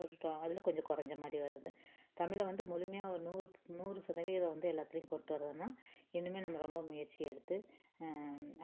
ஒரு அதில் கொஞ்சம் குறைஞ்ச மாதிரி வருது தமிழில் வந்து முழுமையாக ஒரு நூறு நூறு சதவீதம் வந்து எல்லாத்துலேயும் கொண்டுட்டு வர்றதுன்னா இனிமேல் நம்ம ரொம்ப முயற்சி எடுத்து